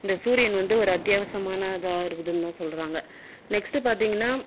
இந்த சூரியன் வந்து ஒரு அத்தியாவசமானதாக இருந்ததுனு சொல்கிறாங்கள் நெக்ஸ்டு பார்த்தீங்கன்னா